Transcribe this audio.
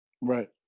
Right